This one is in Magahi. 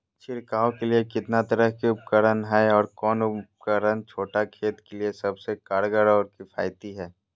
छिड़काव के लिए कितना तरह के उपकरण है और कौन उपकरण छोटा खेत के लिए सबसे कारगर और किफायती है?